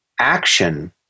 action